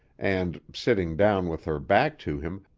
and, sitting down with her back to him,